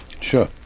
sure